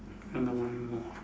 another one more